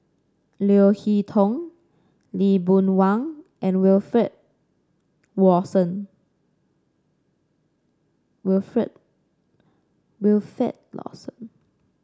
Leo Hee Tong Lee Boon Wang and Wilfed Lawson